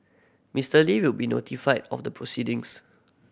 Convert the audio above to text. Mister Li will be notified of the proceedings